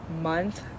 month